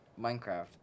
Minecraft